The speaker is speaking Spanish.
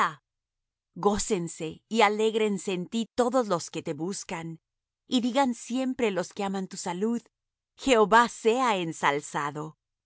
gócense y alégrense en ti todos los que te buscan y digan siempre los que aman tu salud engrandecido sea